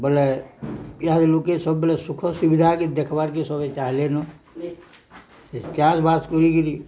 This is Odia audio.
ବୋଲେ ପିଲାଲୋକେ ସବୁବେଲେ ସୁଖ ସୁବିଧାକେ ଦେଖ୍ବାର୍କେ ସଭିଏଁ ଚାହିଁଲେନ ଚାଷ୍ ବାସ୍ କରିକିରି